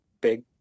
big